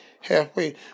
halfway